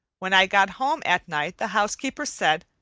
when i got home at night the housekeeper said,